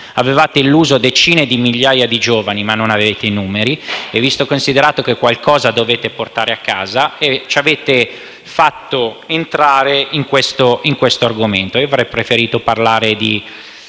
Avete illuso decine di migliaia di giovani, ma non avete i numeri e, visto e considerato che qualcosa dovete portare a casa, ci avete fatto entrare in questo argomento. Io avrei preferito parlare di